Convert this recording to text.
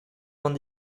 vingt